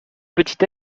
petit